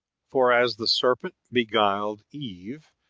for as the serpent beguiled eve,